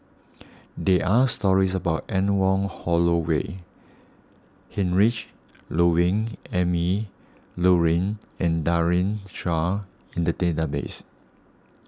there are stories about Anne Wong Holloway Heinrich Ludwig Emil Luering and Daren Shiau in the database